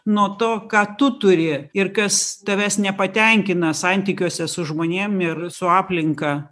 nuo to ką tu turi ir kas tavęs nepatenkina santykiuose su žmonėm ir su aplinka